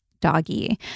doggy